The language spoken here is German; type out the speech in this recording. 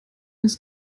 ist